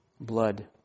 Blood